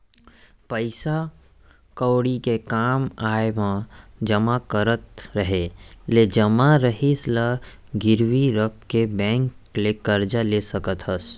पइसा कउड़ी के काम आय म जमा करत रहें ले जमा रासि ल गिरवी रख के बेंक ले करजा ले सकत हस